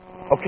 okay